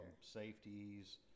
safeties